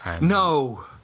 No